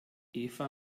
eva